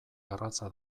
garratza